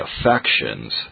affections